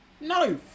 No